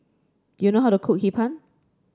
do you know how to cook Hee Pan